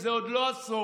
וזה עוד לא הסוף.